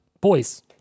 boys